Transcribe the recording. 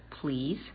please